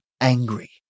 angry